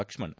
Lakshman